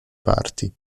parti